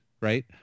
right